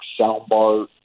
soundbar